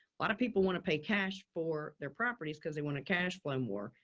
lot of people want to pay cash for their properties cause they want to cash flow more.